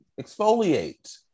exfoliate